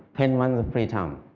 ten months of free time.